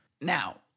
now